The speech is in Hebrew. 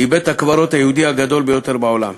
היא בית-הקברות היהודי הגדול ביותר בעולם.